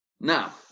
now